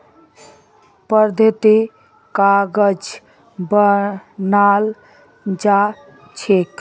वर्धात कागज बनाल जा छे